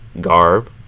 garb